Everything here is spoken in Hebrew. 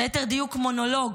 ליתר דיוק מונולוג